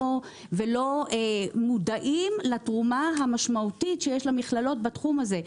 ולא מודעים לתרומה המשמעותית שיש למכללות בתחום הזה,